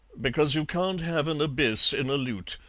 because you can't have an abyss in a lute.